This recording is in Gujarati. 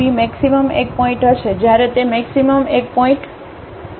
મેક્સિમમ એક પોઇન્ટ હશે જ્યારે તે મેક્સિમમ એક પોઇન્ટ હશે